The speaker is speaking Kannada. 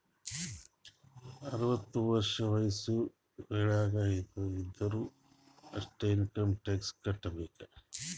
ಅರ್ವತ ವರ್ಷ ವಯಸ್ಸ್ ವಳಾಗ್ ಇದ್ದೊರು ಅಷ್ಟೇ ಇನ್ಕಮ್ ಟ್ಯಾಕ್ಸ್ ಕಟ್ಟಬೇಕ್